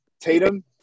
Tatum